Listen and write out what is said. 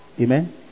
Amen